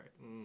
right